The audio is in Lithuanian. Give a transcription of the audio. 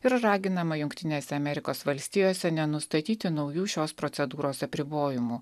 ir raginama jungtinėse amerikos valstijose nenustatyti naujų šios procedūros apribojimų